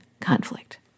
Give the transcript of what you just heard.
conflict